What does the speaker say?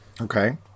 Okay